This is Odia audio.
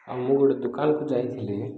ଆଉ ମୁଁ ଗୋଟେ ଦୋକାନକୁ ଯାଇଥିଲି